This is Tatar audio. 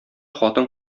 хатын